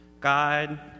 God